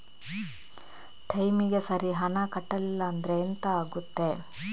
ಟೈಮಿಗೆ ಸರಿ ಹಣ ಕಟ್ಟಲಿಲ್ಲ ಅಂದ್ರೆ ಎಂಥ ಆಗುತ್ತೆ?